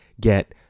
get